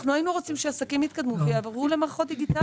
היינו רוצים שהעסקים יתקדמו ויעברו למערכות דיגיטליות.